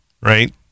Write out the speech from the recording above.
right